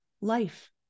life